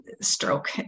stroke